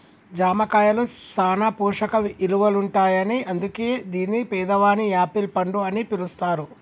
జామ కాయలో సాన పోషక ఇలువలుంటాయని అందుకే దీన్ని పేదవాని యాపిల్ పండు అని పిలుస్తారు